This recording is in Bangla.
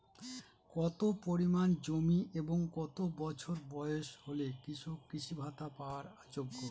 কত পরিমাণ জমি এবং কত বছর বয়স হলে কৃষক কৃষি ভাতা পাওয়ার যোগ্য?